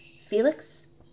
Felix